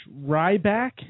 Ryback